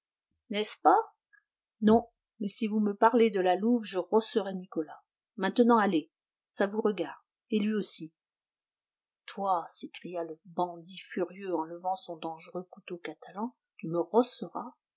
n'est-ce pas non mais si vous me parlez de la louve je rosserai nicolas maintenant allez ça vous regarde et lui aussi toi s'écria le bandit furieux en levant son dangereux couteau catalan tu me rosseras